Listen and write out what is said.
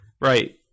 Right